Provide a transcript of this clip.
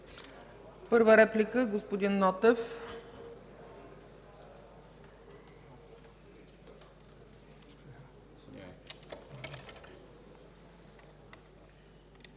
Първа реплика – господин Нотев.